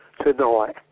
tonight